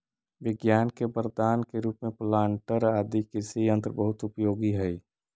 विज्ञान के वरदान के रूप में प्लांटर आदि कृषि यन्त्र बहुत उपयोगी हई